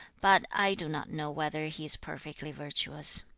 but i do not know whether he is perfectly virtuous